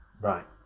Right